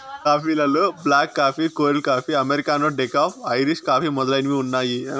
coffee లలో black coffee, cold coffee, americano, decaf, Irish coffee మొదలైనవి ఉన్నాయి